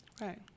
right